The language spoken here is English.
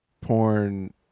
porn